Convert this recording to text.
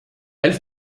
elle